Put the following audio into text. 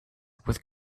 with